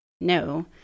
No